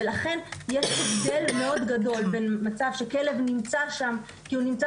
ולכן יש הבדל מאוד גדול בין מצב שכלב נמצא שם כי הוא נמצא